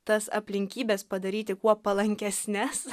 tas aplinkybes padaryti kuo palankesnes